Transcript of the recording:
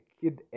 kid